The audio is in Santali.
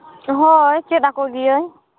ᱦᱳᱭ ᱪᱮᱫ ᱟᱠᱚ ᱜᱤᱭᱟᱹᱧ